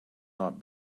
not